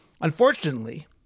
Unfortunately